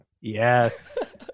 Yes